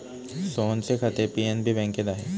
सोहनचे खाते पी.एन.बी बँकेत आहे